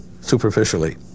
superficially